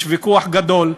יש ויכוח גדול.